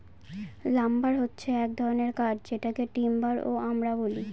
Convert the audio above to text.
lumber হছে এক ধরনের কাঠ যেটাকে টিম্বার ও আমরা বলি